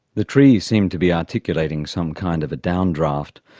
the trees seemed to be articulating some kind of a downdraft,